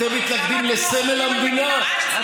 אתם מתנגדים לסמל המדינה?